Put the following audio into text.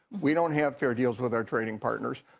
we don't have fair deals with our trading partners.